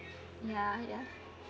ya ya